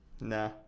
nah